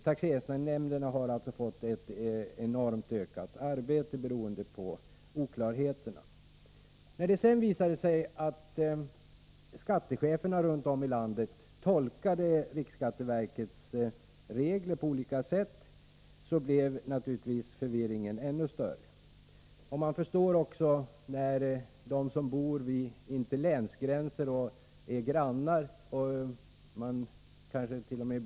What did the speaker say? Taxeringsnämnderna har alltså fått ett enormt ökat arbete på grund av oklarheterna. När det sedan visade sig att skattecheferna runt om i landet tolkade riksskatteverkets regler på olika sätt blev förvirringen naturligtvis ännu större. Det har hänt att personer som bor intill en länsgräns, är grannar och kansket.o.m.